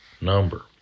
number